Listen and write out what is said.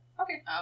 Okay